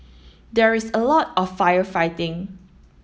there's a lot of firefighting